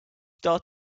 start